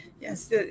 Yes